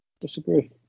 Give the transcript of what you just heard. Disagree